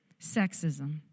sexism